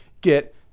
get